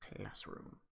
Classroom